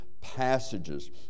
passages